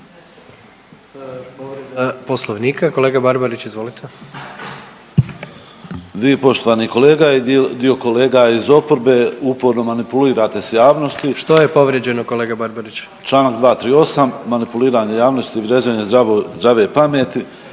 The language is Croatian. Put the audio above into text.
Poslovnika, kolega Barbarić, izvolite. **Barbarić, Nevenko (HDZ)** Vi, poštovani kolega i dio kolega iz oporbe uporno manipulirate s javnosti. .../Upadica: Što je povrijeđeno, kolega Barbarić?/... Čl. 238, manipuliranje javnosti i vrijeđanje zdrave pameti.